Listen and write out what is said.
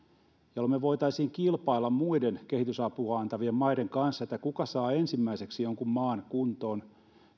jolloin me voisimme kilpailla muiden kehitysapua antavien maiden kanssa siinä kuka saa ensimmäiseksi jonkun maan kuntoon